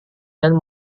dan